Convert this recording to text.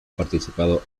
participado